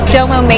Domo